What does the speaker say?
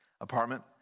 apartment